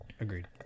agreed